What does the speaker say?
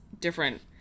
different